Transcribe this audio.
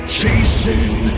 Chasing